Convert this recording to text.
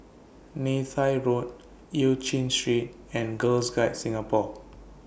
Neythai Road EU Chin Street and Girls Guides Singapore